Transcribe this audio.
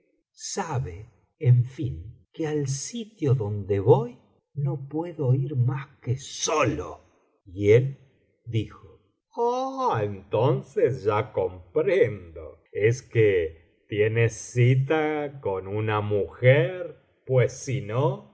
sabe en fin que al sitio donde voy no puedo ir mas que solo y él dijo entonces ya comprendo es que tienes cita con una mujer pues si no